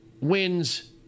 wins